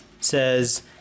says